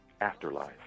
afterlife